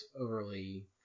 overly